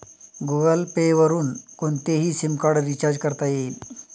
Google Pay वरुन कोणतेही SIM card recharge करता येईल